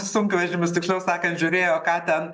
sunkvežimius tiksliau sakant žiūrėjo ką ten